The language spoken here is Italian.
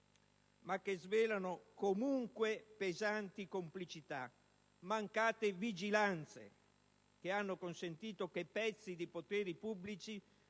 ma che svelano comunque pesanti complicità, mancate vigilanze, che hanno consentito che pezzi di poteri pubblici